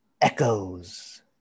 Echoes